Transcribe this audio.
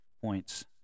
points